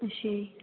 ਜੀ